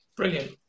Brilliant